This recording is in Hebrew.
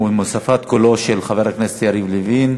עם הוספת קולו של חבר הכנסת יריב לוין,